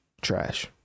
trash